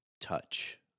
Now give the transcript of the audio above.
touch